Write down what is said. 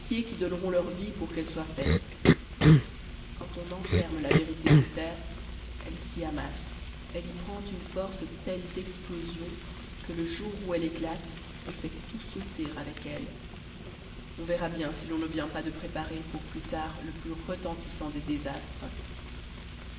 qui donneront leur vie pour qu'elle soit faite je l'ai dit ailleurs et je le répète ici quand on enferme la vérité sous terre elle s'y amasse elle y prend une force telle d'explosion que le jour où elle éclate elle fait tout sauter avec elle on verra bien si l'on ne vient pas de préparer pour plus tard le plus retentissant des désastres